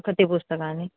कति पुस्तकानि